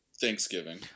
Thanksgiving